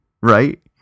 Right